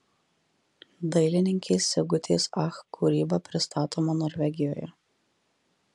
dailininkės sigutės ach kūryba pristatoma norvegijoje